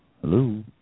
Hello